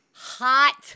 hot